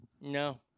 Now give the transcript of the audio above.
no